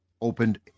opened